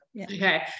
Okay